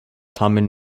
tamen